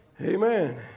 Amen